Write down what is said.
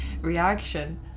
reaction